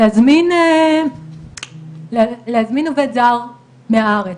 להזמין עובד זר מהארץ,